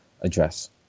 address